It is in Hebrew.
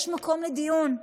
יש מקום לדיון,